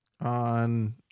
on